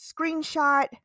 screenshot